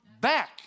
back